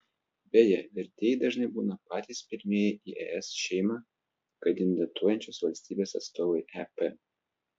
beje vertėjai dažnai būna patys pirmieji į es šeimą kandidatuojančios valstybės atstovai ep